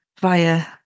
via